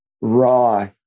raw